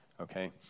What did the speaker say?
Okay